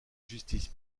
justice